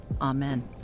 Amen